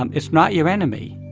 um it's not your enemy.